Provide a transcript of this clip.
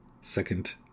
Second